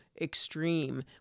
extreme